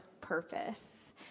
purpose